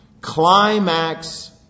climax